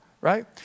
right